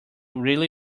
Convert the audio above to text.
really